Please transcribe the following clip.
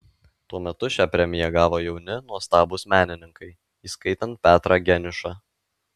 tuo metu šią premiją gavo jauni nuostabūs menininkai įskaitant petrą geniušą